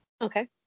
Okay